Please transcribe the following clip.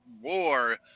War